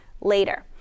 later